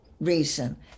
reason